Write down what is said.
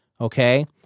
Okay